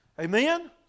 Amen